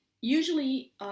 usually